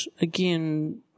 again